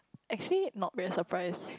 actually not very surprised